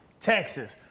Texas